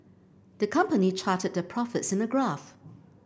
the company charted their profits in a graph